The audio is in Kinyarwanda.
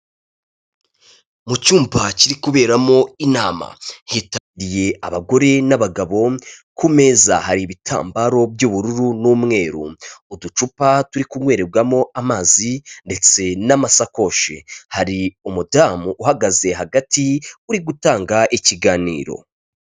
Mu cyumba kiri kuberamo inama, hitabiriye abagore n'abagabo, ku meza hari ibitambaro by'ubururu n'umweru, uducupa turi kunywerebwamo amazi, ndetse n'amasakoshi. Hari umudamu uhagaze hagati, uri gutanga ikiganiro.